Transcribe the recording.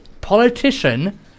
politician